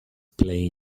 play